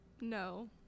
No